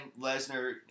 Lesnar